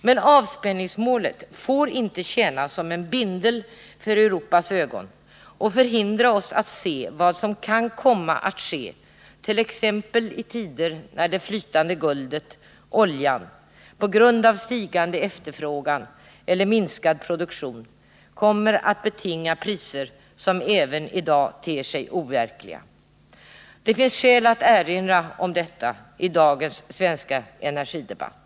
Men avspänningsmålet får inte tjäna som en bindel för Europas ögon och förhindra oss att se vad som kan komma att ske, t.ex. i tider när det flytande guldet — oljan — på grund av stigande efterfrågan eller minskad produktion kommer att betinga priser som även i dag ter sig overkliga. Det finns skäl att erinra om detta i dagens svenska energidebatt.